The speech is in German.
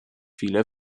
viele